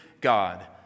God